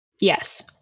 Yes